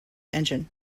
engine